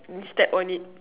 and step on it